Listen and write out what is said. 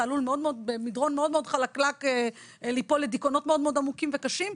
אתה עלול במדרון חלקלק ליפול לדיכאונות עמוקים וקשים.